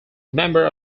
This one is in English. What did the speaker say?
member